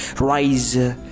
rise